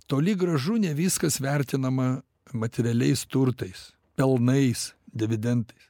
toli gražu ne viskas vertinama materialiais turtais pelnais dividendais